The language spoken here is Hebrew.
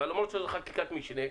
למרות שזאת חקיקת משנה,